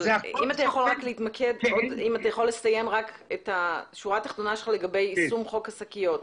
אם אתה יכול להתמקד ולסיים את השורה התחתונה שלך לגבי יישום חוק השקיות.